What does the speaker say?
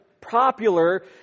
popular